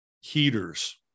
heaters